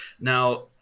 Now